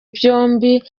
byombi